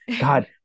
God